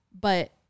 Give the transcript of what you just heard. But-